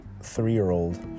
three-year-old